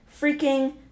freaking